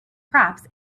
crops